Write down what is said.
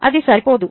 అది సరిపోదు